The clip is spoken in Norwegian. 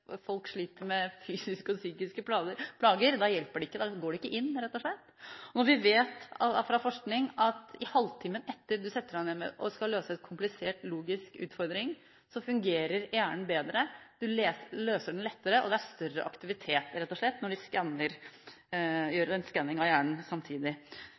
folk sliter med fysiske og psykiske plager. Da hjelper det ikke, da går det rett og slett ikke inn. Vi vet fra forskning at halvtimen etter at du setter deg ned og skal løse en komplisert logisk utfordring, fungerer hjernen bedre, du løser den lettere, og når man samtidig gjør en skanning av hjernen, er det rett og slett